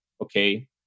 okay